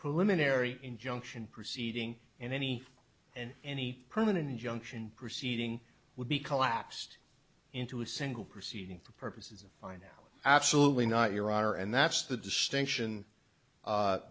preliminary injunction proceeding in any and any permanent injunction proceeding would be collapsed into a single proceeding for purposes of i now absolutely not your honor and that's the distinction